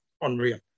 unreal